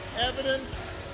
evidence